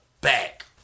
back